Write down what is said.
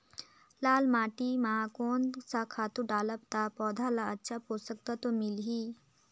लाल माटी मां कोन सा खातु डालब ता पौध ला अच्छा पोषक तत्व मिलही?